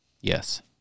Yes